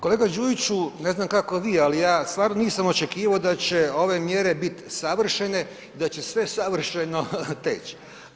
Kolega Đujiću, ne znam kako vi, ali ja stvarno nisam očekivo da će ove mjere bit savršene i da će sve savršeno teć.